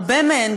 הרבה מהן,